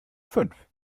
fünf